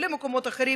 למקומות אחרים,